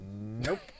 Nope